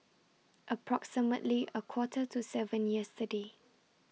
approximately A Quarter to seven yesterday